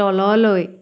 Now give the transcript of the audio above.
তললৈ